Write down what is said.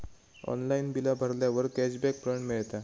online बिला भरल्यावर cashback पण मिळता